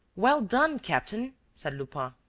well done, captain! said lupin.